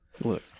Look